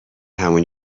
همون